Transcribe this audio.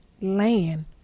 land